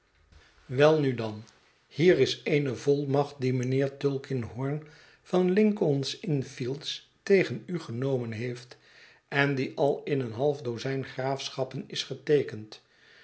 welnu dan hier is eene volmacht die mijnheer tulkinghorn van lincoln s inn fields tegen u genomen heeft en die al in een half dozijn graafschappen is geteekend